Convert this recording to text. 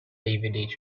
david